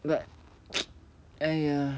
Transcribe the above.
but !aiya!